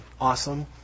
Awesome